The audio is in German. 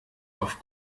auf